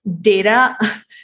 data